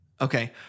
Okay